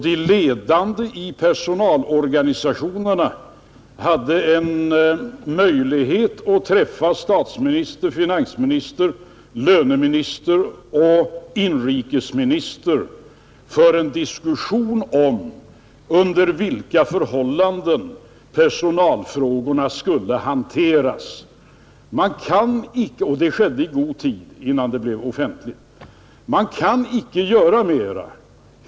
De ledande i personalorganisationerna hade en möjlighet att träffa statsministern, finansministern, löneministern och inrikesministern för en diskussion om under vilka förhållanden personalfrågorna skulle hanteras, Detta skedde i god tid innan utflyttningsbeslutet blev offentligt.